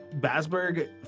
Basberg